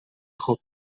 خوب